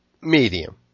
medium